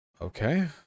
Okay